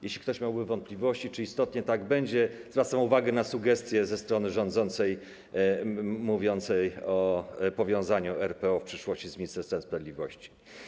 Jeśli ktoś miałby wątpliwości, czy istotnie tak będzie, zwracam uwagę na sugestię ze strony rządzącej, mówiącą o powiązaniu w przyszłości RPO z Ministerstwem Sprawiedliwości.